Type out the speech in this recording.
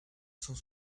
cent